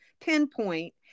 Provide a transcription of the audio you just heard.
pinpoint